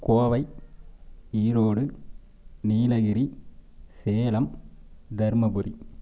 Kovai Erode Nilgiri Salem Dharmapuri